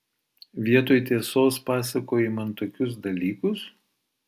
vietoj tiesos pasakoji man tokius dalykus